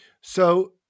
So-